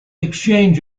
exchange